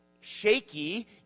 shaky